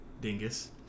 dingus